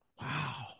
Wow